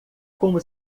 como